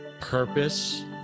purpose